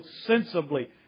sensibly